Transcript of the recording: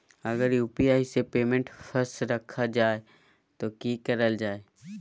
अगर यू.पी.आई से पेमेंट फस रखा जाए तो की करल जाए?